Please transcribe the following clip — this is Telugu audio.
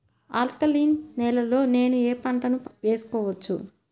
ఆల్కలీన్ నేలలో నేనూ ఏ పంటను వేసుకోవచ్చు?